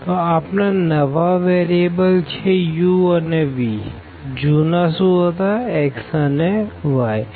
તો આપણા નવા વેરીએબલ છે u અને vજુના x અને y હતા